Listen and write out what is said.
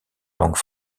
langue